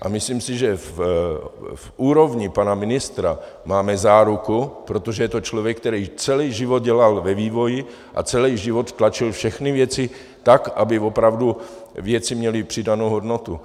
A myslím si, že v úrovni pana ministra máme záruku, protože to je člověk, který celý život dělal ve vývoji a celý život tlačil všechny věci tak, aby opravdu věci měly přidanou hodnotu.